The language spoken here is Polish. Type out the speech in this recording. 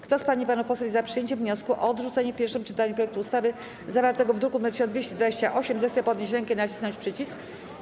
Kto z pań i panów posłów jest za przyjęciem wniosku o odrzucenie w pierwszym czytaniu projektu ustawy zawartego w druku nr 1228, zechce podnieść rękę i nacisnąć przycisk.